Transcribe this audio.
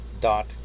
dot